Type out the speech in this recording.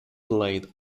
played